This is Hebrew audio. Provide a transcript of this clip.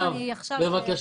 אני חייב, אני חייב, בבקשה.